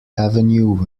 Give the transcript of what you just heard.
avenue